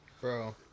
Bro